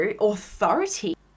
authority